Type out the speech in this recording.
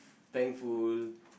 f~ thankful